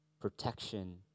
protection